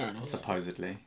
supposedly